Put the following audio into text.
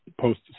post